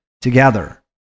together